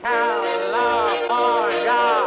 California